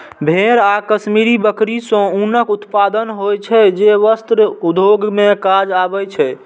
भेड़ आ कश्मीरी बकरी सं ऊनक उत्पादन होइ छै, जे वस्त्र उद्योग मे काज आबै छै